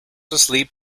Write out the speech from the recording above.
asleep